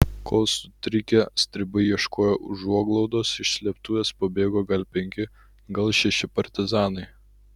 kol sutrikę stribai ieškojo užuoglaudos iš slėptuvės pabėgo gal penki gal šeši partizanai